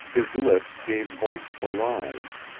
his lips gave voice to lies.